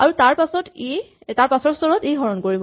আৰু তাৰপাছৰ স্তৰত ই হৰণ কৰিব